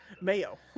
mayo